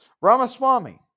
Ramaswamy